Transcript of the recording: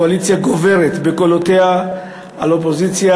קואליציה גוברת בקולותיה על אופוזיציה,